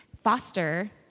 foster